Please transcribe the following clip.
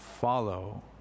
follow